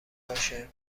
باشه